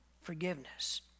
forgiveness